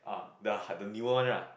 the hut the newer one lah